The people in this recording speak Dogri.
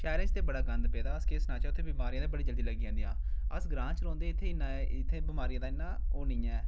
शैह्रें च ते बड़ा गंद पेदा अस केह् सनाचै उत्थें बमारी न बड़ी जलदी लग्गी जंदियां अस ग्रांऽ च रौंह्दे इत्थें इन्ना इत्थै बमारियें दा इन्ना ओह् नी ऐ